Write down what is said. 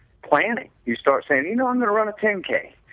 planning, you start saying you know i'm going to run a ten k,